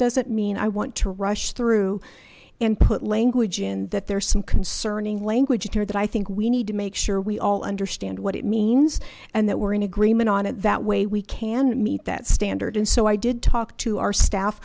doesn't mean i want to rush through and put language in that there's some concerning language in here that i think we need to make sure we all understand what it means and that we're in agreement on it that way we can meet that standard and so i did talk to our staff